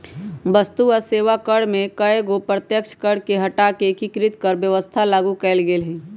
वस्तु आ सेवा कर में कयगो अप्रत्यक्ष कर के हटा कऽ एकीकृत कर व्यवस्था लागू कयल गेल हई